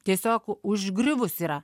tiesiog užgriuvus yra